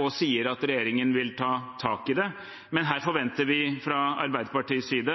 og sier at regjeringen vil ta tak i det. Men her forventer vi fra Arbeiderpartiets side